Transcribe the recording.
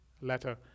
letter